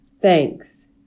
Thanks